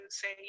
say